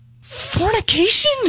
Fornication